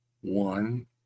one